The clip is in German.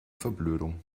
verblödung